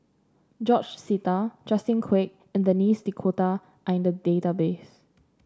George Sita Justin Quek and Denis D'Cotta are in the database